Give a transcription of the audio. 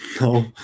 No